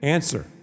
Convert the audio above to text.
Answer